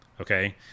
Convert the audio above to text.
Okay